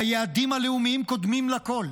היעדים הלאומיים קודמים לכול.